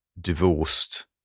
divorced